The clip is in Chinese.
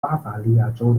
巴伐利亚州